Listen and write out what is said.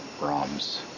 Ram's